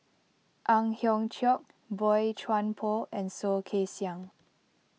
Ang Hiong Chiok Boey Chuan Poh and Soh Kay Siang